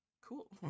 Cool